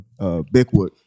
Bickwood